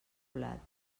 blat